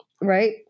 right